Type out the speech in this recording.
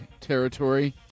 territory